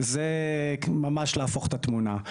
זה ממש להפוך את התמונה.